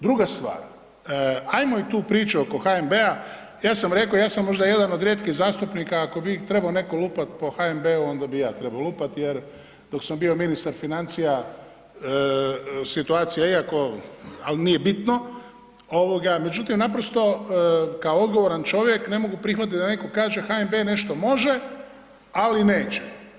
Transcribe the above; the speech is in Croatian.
Druga stvar, hajmo i tu priču oko HNB-a, ja sam rekao, ja sam možda jedan od rijetkih zastupnika, ako bi i trebao netko lupati po HNB-u onda bi ja trebao lupati, jer dok sam bio ministar financija, situacija, iako, ali nije bitno, međutim, naprosto kao odgovoran čovjek ne mogu prihvatiti da netko kaže HNB nešto može, ali neće.